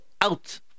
out